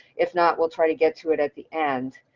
if not, we'll try to get to it at the end.